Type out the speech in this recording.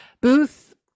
Booth